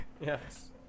yes